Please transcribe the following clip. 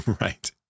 Right